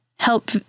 help